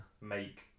make